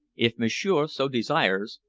if m'sieur so desires,